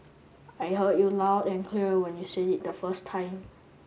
I heard you loud and clear when you said it the first time